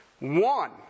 One